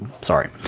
Sorry